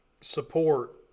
support